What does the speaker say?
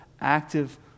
active